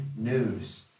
news